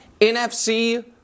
NFC